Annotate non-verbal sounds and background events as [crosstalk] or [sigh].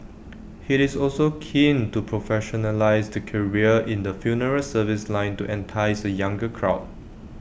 [noise] he is also keen to professionalise the career in the funeral service line to entice A younger crowd